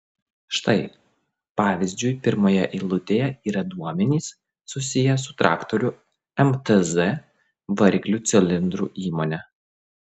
štai pavyzdžiui pirmoje eilutėje yra duomenys susiję su traktorių mtz variklių cilindrų įmone